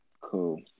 cool